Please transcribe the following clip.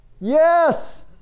Yes